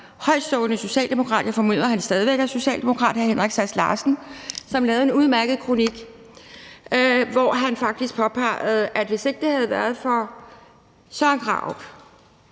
højtstående socialdemokrat, jeg formoder, at han stadig væk er socialdemokrat, hr. Henrik Sass Larsen, en udmærket kronik, hvori han faktisk påpegede, at hvis ikke det havde været for Søren Krarup